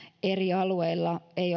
eri alueilla ei